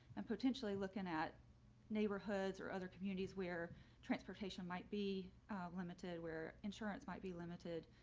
and potentially looking at neighborhoods or other communities where transportation might be limited, where insurance might be limited.